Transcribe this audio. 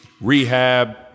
rehab